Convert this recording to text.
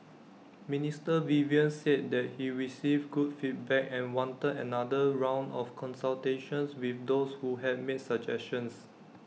Minister Vivian said that he received good feedback and wanted another round of consultations with those who had made suggestions